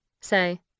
say